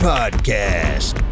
Podcast